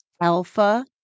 alpha